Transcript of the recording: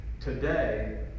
today